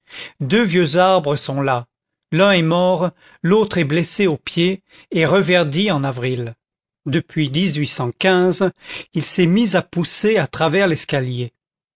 deux vieux arbres sont là l'un est mort l'autre est blessé au pied et reverdit en avril depuis il s'est mis à pousser à travers l'escalier